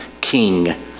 King